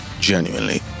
genuinely